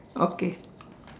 okay